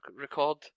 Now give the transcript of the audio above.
record